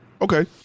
okay